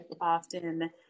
often